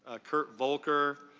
ah kurt volker,